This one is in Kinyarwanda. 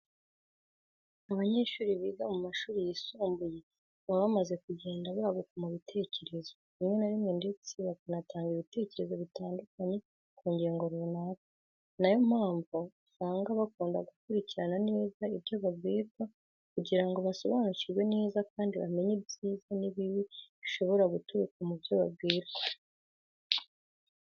Abanyeshuri biga mu mashuri yisumbuye baba bamaze kugenda baguka mu bitekerezo, rimwe na rimwe ndetse bakanatanga ibitekerezo bitandukanye ku ngingo runaka, ni na yo mpamvu usanga bakunda gukurikirana neza ibyo babwirwa kugira ngo basobanukirwe neza kandi bamenye ibyiza n'ibibi bishobora guturuka mu byo babwiwe.